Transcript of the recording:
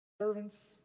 Servants